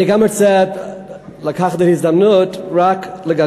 אני גם רוצה לנצל את ההזדמנות ולגנות